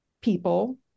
people